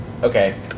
Okay